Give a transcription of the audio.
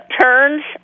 turns